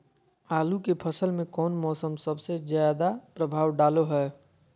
आलू के फसल में कौन मौसम सबसे ज्यादा प्रभाव डालो हय?